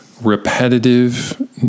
repetitive